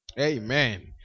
Amen